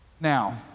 Now